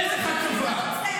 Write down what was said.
איזה חצופה.